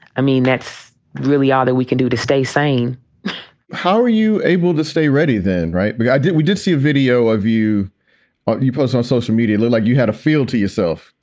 i mean, that's really all that we can do to stay sane how are you able to stay ready then? right. i did we did see a video of you ah you post on social media, little like you had a feel to yourself.